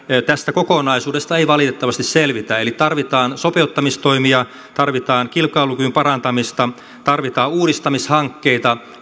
tästä kokonaisuudesta ei valitettavasti selvitä eli tarvitaan sopeuttamistoimia tarvitaan kilpailukyvyn parantamista tarvitaan uudistamishankkeita